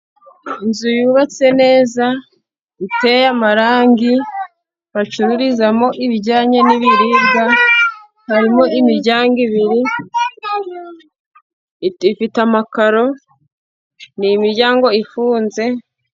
Inzu yubatse neza iteye amarangi bacururizamo ibijyanye n'ibiribwa, harimo imiryango ibiri ifite amakaro ni imiryango ifunze.